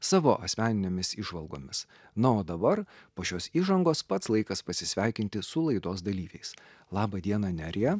savo asmeninėmis įžvalgomis na o dabar po šios įžangos pats laikas pasisveikinti su laidos dalyviais laba diena nerija